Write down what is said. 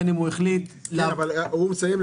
בין אם הוא החליט --- אבל הוא מסיים,